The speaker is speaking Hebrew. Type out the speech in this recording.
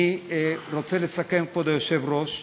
אני רוצה לסכם, כבוד היושב-ראש,